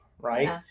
right